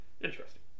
interesting